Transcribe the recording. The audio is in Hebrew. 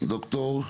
ד"ר אביעד,